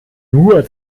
nur